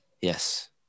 Yes